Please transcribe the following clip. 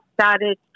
started